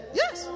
yes